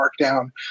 markdown